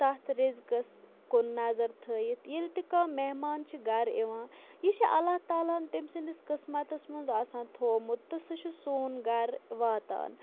تَتھ رِزقَس کُن نظر تھٲیِتھ ییٚلہِ تہِ کانٛہہ مہمان چھِ گَرٕ یِوان یہِ چھِ اللہ تعالیٰ ہَن تٔمۍ سٕنٛدِس قٕسمَتَس منٛز آسان تھوٚومُت تہٕ سُہ چھُ سون گَرٕ واتان